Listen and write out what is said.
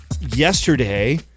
Yesterday